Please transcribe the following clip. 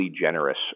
generous